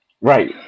Right